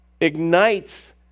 ignites